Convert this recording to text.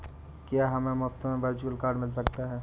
क्या हमें मुफ़्त में वर्चुअल कार्ड मिल सकता है?